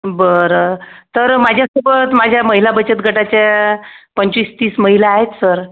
बरं तर माझ्यासोबत माझ्या महिला बचत गटाच्या पंचवीस तीस महिला आहेत सर